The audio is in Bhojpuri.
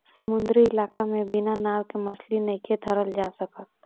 समुंद्री इलाका में बिना नाव के मछली नइखे धरल जा सकत